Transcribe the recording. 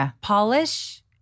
polish